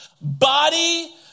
body